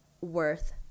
worth